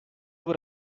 über